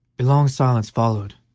a long silence followed.